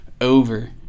over